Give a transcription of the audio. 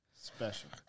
Special